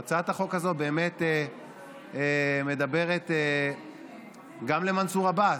הצעת החוק הזו באמת מדברת גם למנסור עבאס,